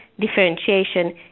differentiation